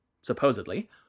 supposedly